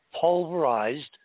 pulverized